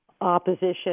opposition